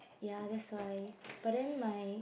ya that's why but then my